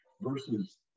versus